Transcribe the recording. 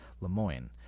Lemoyne